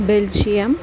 Belgium